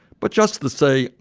but just to say,